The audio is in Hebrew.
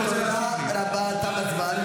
אתה לא רוצה לקבל את התשובה?